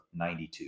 92